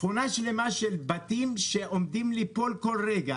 שכונה שלמה של בתים שעומדים ליפול בכל רגע.